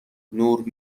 نور